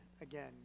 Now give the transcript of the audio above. again